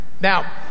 Now